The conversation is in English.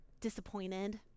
disappointed